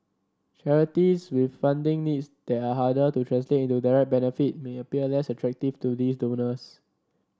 charities with funding needs there are harder to translate into direct benefit may appear less attractive to these donors